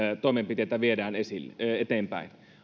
toimenpiteitä viedään eteenpäin